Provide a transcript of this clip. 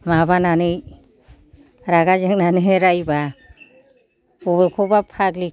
माबानानै रागा जोंनानै रायबा बबेखौबा फाग्लि